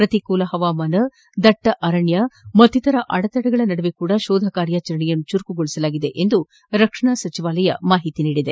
ಪ್ರತಿಕೂಲ ಹವಾಮಾನ ದಟ್ವ ಅರಣ್ಯ ಮತ್ತಿತರ ಅಡೆತಡೆಗಳ ನಡುವೆಯೂ ಶೋಧ ಕಾರ್ಯವನ್ನು ಚುರುಕುಗೊಳಿಸಲಾಗಿದೆ ಎಂದು ರಕ್ಷಣಾ ಸಚಿವಾಲಯ ಹೇಳಿದೆ